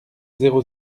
zéro